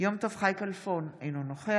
יום טוב חי כלפון, אינו נוכח